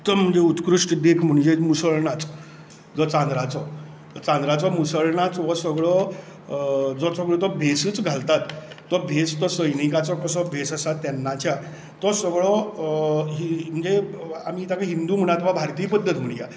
उत्तम म्हणजे उत्कृश्ट देख म्हणजे मुसळ नाच जो चांदराचो चांदराचो मुसळ नाच हो सगळो जो सगळो तो भेसूच घालतात तो भेस तो सैनीकाचो कसो भेस आसा तेन्नाच्या तो सगळो ही म्हणजे आमी ताका हिंदू म्हणात वा भारतीय पद्दत म्हणया